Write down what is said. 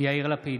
יאיר לפיד,